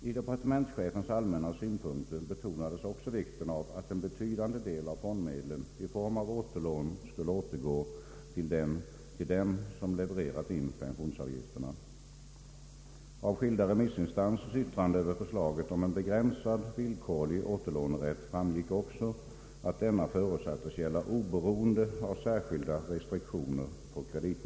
I - departementschefens = allmänna synpunkter betonades också vikten av att en betydande del av fondmedlen i form av återlån skulle gå tillbaka till dem som levererat in pensionsavgifterna. Herr talman!